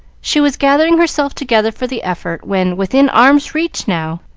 she was gathering herself together for the effort, when, within arm's reach now,